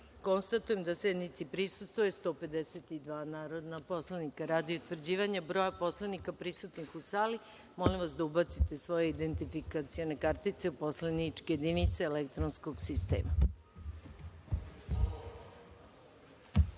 konstatujem da sednice prisustvuje 152 narodna poslanika. Radi utvrđivanja broja poslanika prisutnih u sali, molim vas da ubacite svoje identifikacione kartice u poslaničke jedinice elektronskog sistema. Ubacite